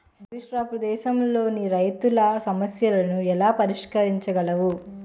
అగ్రిస్టార్టప్లు దేశంలోని రైతుల సమస్యలను ఎలా పరిష్కరించగలవు?